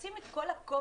לשים את כל הכובד,